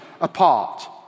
apart